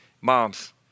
Moms